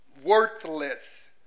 Worthless